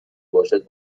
باشد